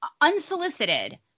Unsolicited